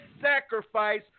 sacrifice